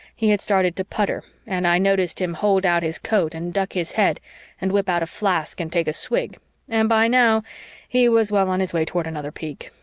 he had started to putter and i noticed him hold out his coat and duck his head and whip out a flask and take a swig and by now he was well on his way toward another peak.